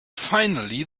finally